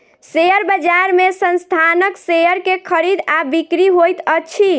share बजार में संस्थानक शेयर के खरीद आ बिक्री होइत अछि